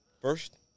first